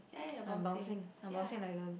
I'm bouncing I'm bouncing like a